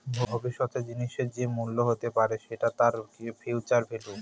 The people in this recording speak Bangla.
ভবিষ্যতের জিনিসের যে মূল্য হতে পারে সেটা তার ফিউচার ভেল্যু